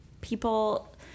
people